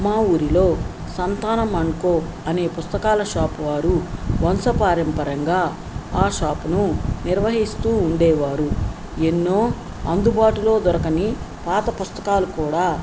మా ఊరిలో Santhanam and co అనే పుస్తకాల షాప్ వారు వంశపార్యంపరంగా ఆ షాప్ను నిర్వహిస్తూ ఉండేవారు ఎన్నో అందుబాటులో దొరకని పాత పుస్తకాలు కూడా